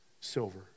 silver